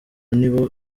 nibo